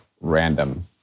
random